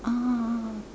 ah